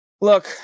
look